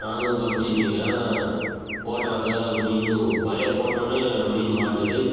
நானும் கவனிச்சுன்னுக்குறேன் போடுறாங்க மீன் வலையை போட்டோன்னே மீன் மாட்டுது